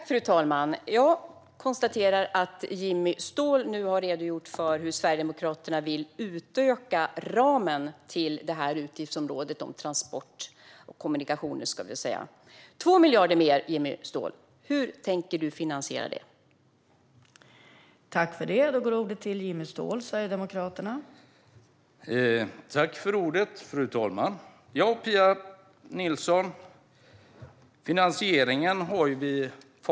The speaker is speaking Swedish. Fru talman! Jag konstaterar att Jimmy Ståhl nu har redogjort för hur Sverigedemokraterna vill utöka ramen till utgiftsområdet Kommunikationer med 2 miljarder. Hur tänker du finansiera det, Jimmy Ståhl?